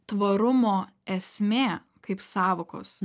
tvarumo esmė kaip sąvokos